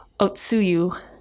Otsuyu